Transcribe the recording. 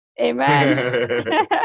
Amen